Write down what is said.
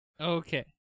Okay